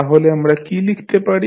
তাহলে আমরা কী লিখতে পারি